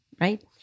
right